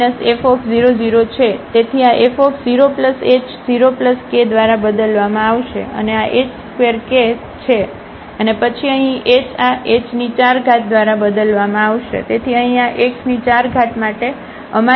તેથી આf0h0k દ્વારા બદલવામાં આવશે અને આ h2k છે અને પછી અહીં h આ h4 દ્વારા બદલવામાં આવશે તેથી અહીં આ x4 માટે અમારી પાસે h4 છે